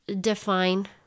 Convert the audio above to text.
define